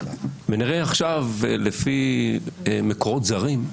וכנראה עכשיו, לפי מקורות זרים,